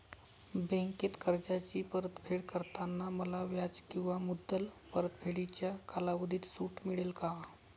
बँकेत कर्जाची परतफेड करताना मला व्याज किंवा मुद्दल परतफेडीच्या कालावधीत सूट मिळेल का?